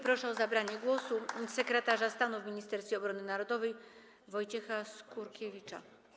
Proszę o zabranie głosu sekretarza stanu w Ministerstwie Obrony Narodowej Wojciecha Skurkiewicza.